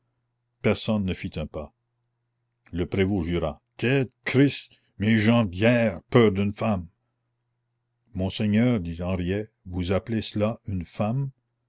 personne ne fit un pas le prévôt jura tête christ mes gens de guerre peur d'une femme monseigneur dit henriet vous appelez cela une femme